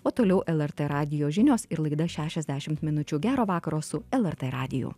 o toliau lrt radijo žinios ir laida šešiasdešimt minučių gero vakaro su lrt radiju